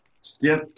stiff